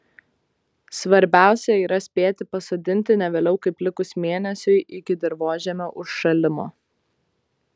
svarbiausia yra spėti pasodinti ne vėliau kaip likus mėnesiui iki dirvožemio užšalimo